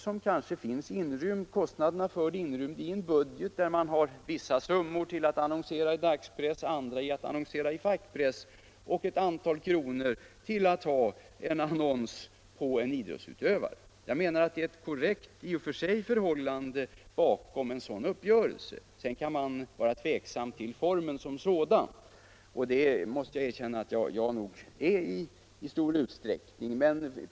Kostnaderna för annonsen finns kanske inrymda i en budget, där vissa summor går till annonser i dagspress och andra summor till andra annonser och ett visst antal kronor till annonsering på idrottsutövare. Jag tycker i och för sig att förhållandet bakom en sådan uppgörelse är korrekt, men sedan kan man naturligtvis ställa sig tveksam till reklamformen som sådan, och jag måste erkänna att jag nog gör det i stor utsträckning.